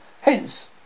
hence